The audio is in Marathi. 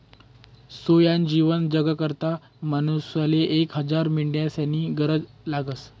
सोयनं जीवन जगाकरता मानूसले एक हजार मेंढ्यास्नी गरज लागस